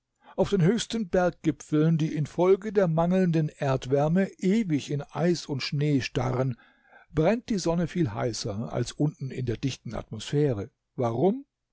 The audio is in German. auf den höchsten berggipfeln die infolge der mangelnden erdwärme ewig in eis und schnee starren brennt die sonne viel heißer als unten in der dichten atmosphäre warum